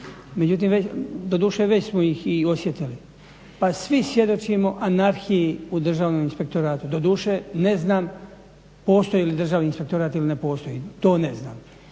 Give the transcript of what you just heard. Doduše već smo ih i osjetili. Pa svi svjedočimo anarhiji u Državnom inspektoratu, doduše ne znam postoji li Državni inspektorat ili ne postoji, to ne znam.